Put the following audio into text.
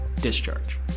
discharge